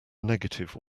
negative